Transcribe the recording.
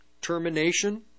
termination